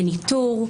בניטור,